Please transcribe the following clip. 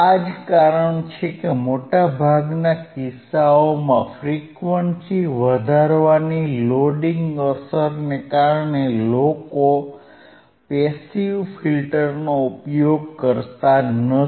આ જ કારણ છે કે મોટાભાગના કિસ્સાઓમાં ફ્રીક્વન્સી વધારવાની લોડિંગ અસરને કારણે લોકો પેસીવ ફિલ્ટરનો ઉપયોગ કરતા નથી